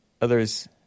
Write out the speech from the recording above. Others